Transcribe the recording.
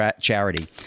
charity